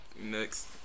Next